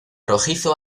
rojizo